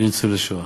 לניצולי שואה?